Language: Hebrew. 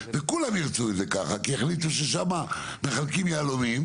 וכולם ירצו את זה ככה כי החליטו ששם מחלקים יהלומים,